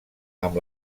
amb